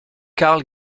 carl